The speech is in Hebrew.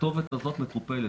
הכתובת הזו מטופלת.